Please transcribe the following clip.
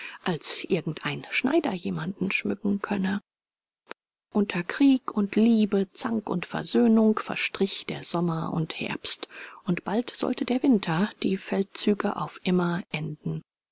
als irgend ein schneider jemanden schmücken könne unter krieg und liebe zank und versöhnung verstrich der sommer und herbst und bald sollte der winter die feldzüge auf immer enden